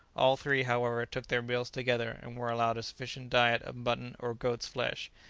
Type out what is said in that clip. all three, however, took their meals together and were allowed a sufficient diet of mutton or goats'-flesh,